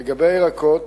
לגבי ירקות,